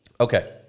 okay